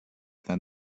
than